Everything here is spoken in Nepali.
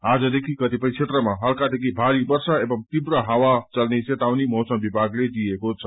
आजदेखि कतपय क्षेत्रमा हलकादेखि भरी वर्षा एवं तीव्र हावा चल्ने चेतावनी मौसम विभागलेदिएको छ